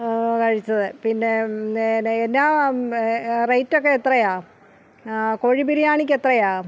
കഴിച്ചത് പിന്നെ എന്താണ് റേറ്റ് ഒക്കെ എത്രയാണ് കോഴി ബിരിയാണിക്ക് എത്രയാണ്